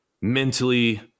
mentally